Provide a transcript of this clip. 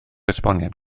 esboniad